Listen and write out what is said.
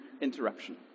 interruption